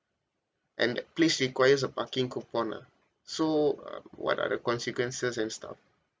and that place requires a parking coupon ah so what are the consequences and stuff